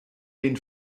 den